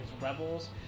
Rebels